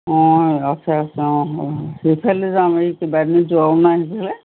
অঁ আছে আছে অঁ সেইফালে যাম এই কেইবাদিনো যোৱাও নাই সেইফালে